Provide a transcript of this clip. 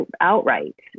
outright